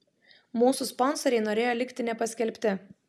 mūsų sponsoriai norėjo likti nepaskelbti